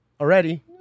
already